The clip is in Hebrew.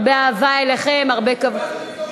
הרבה אהבה אליכם, הרבה כבוד.